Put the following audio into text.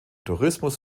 tourismus